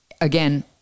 again